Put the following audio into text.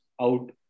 out